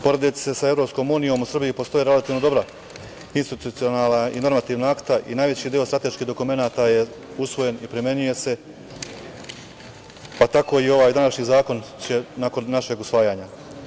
Porediti se sa EU u Srbiji postoje relativno dobra institucionalna i normativna akta i najveći deo strateških dokumenata je usvojen i primenjuje se, pa tako će i ovaj današnji zakon nakon našeg usvajanja.